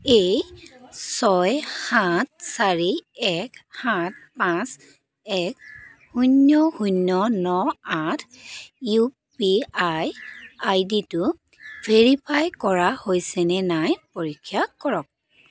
এই ছয় সাত চাৰি এক সাত পাঁচ এক শূন্য শূন্য ন আঠ ইউ পি আই আইডিটো ভেৰিফাই কৰা হৈছেনে নাই পৰীক্ষা কৰক